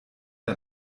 der